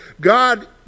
God